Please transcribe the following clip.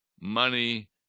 money